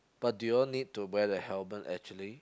but do you all need to wear the helmet actually